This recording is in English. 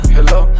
Hello